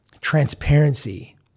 transparency